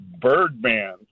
Birdman